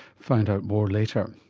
find out more later.